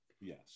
Yes